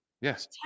Yes